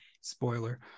spoiler